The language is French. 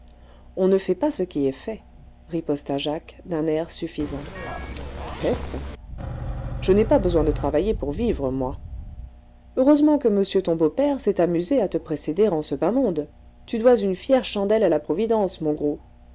on ne fait pas ce qui est fait riposta jacques d'un air suffisant peste je n'ai pas besoin de travailler pour vivre moi heureusement que monsieur ton beau-père s'est amusé à te précéder en ce bas monde tu dois une fière chandelle à la providence mon gros